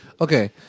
Okay